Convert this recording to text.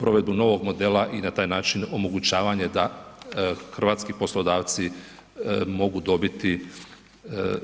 provedbu novog modela i na taj način omogućavanje da hrvatski poslodavci mogu dobiti